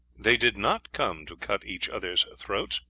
they did not come to cut each other's throats,